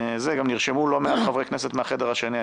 גם נרשמו לא מעט חברי כנסת מהחדר השני.